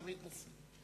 תמיד נשיא.